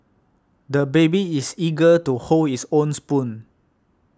the baby is eager to hold his own spoon